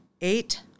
eight